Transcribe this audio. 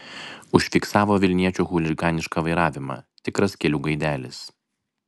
užfiksavo vilniečio chuliganišką vairavimą tikras kelių gaidelis